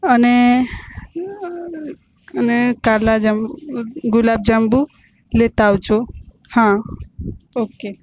અને અને કાલા જાંબુ ગુલાબ જાંબુ લેતા આવજો હા ઓકે